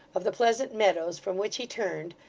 of the pleasant meadows from which he turned,